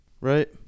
right